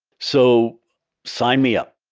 so sign me up.